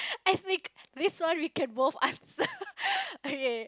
I speak this one we can both answer okay